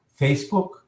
Facebook